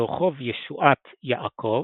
ברחוב ישועות יעקב,